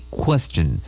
question